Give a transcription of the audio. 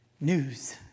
news